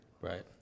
Right